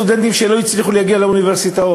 אלה סטודנטים שלא הצליחו להגיע לאוניברסיטאות,